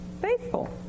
faithful